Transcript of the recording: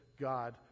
God